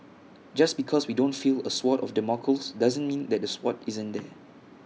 just because we don't feel A sword of Damocles doesn't mean that A sword isn't there